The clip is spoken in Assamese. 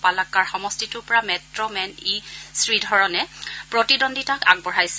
পালাক্কাৰ সমষ্টিটোৰ পৰা মেট্ মেন ই শ্ৰীধৰণে প্ৰতিদ্বন্দ্বিতা আগবঢ়াইছে